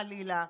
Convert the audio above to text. חלילה,